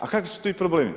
A kakvi su ti problemi?